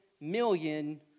million